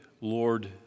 Lord